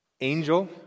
angel